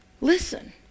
Listen